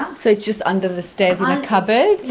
um so it's just under the stairs in a cupboard?